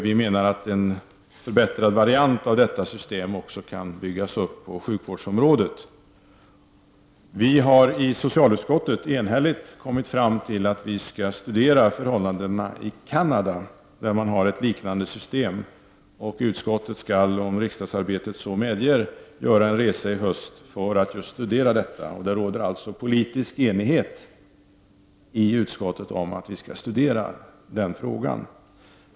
Vi menar att en förbättrad variant av detta system också kan byggas upp på sjukvårdsområdet. Vi har i socialutskottet enhälligt kommit fram till att vi skall studera förhållandena i Canada, där man har ett liknande system. Utskottet skall, om riksdagsarbetet så medger, i höst göra en resa för att just studera detta. Det råder alltså i utskottet politisk enighet om att vi skall studera denna fråga.